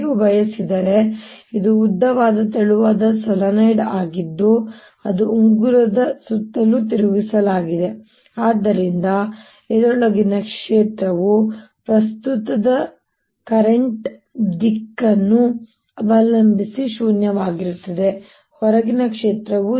ನೀವು ಬಯಸಿದರೆ ಇದು ಉದ್ದವಾದ ತೆಳುವಾದ ಸೊಲೆನಾಯ್ಡ್ ಆಗಿದ್ದು ಅದನ್ನು ಉಂಗುರದ ಸುತ್ತಲೂ ತಿರುಗಿಸಲಾಗಿದೆ ಆದ್ದರಿಂದ ಇದರೊಳಗಿನ ಕ್ಷೇತ್ರವು ಪ್ರಸ್ತುತದ ದಿಕ್ಕನ್ನು ಅವಲಂಬಿಸಿ ಶೂನ್ಯವಾಗಿರುತ್ತದೆ ಹೊರಗಿನ ಕ್ಷೇತ್ರವು 0